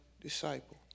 disciple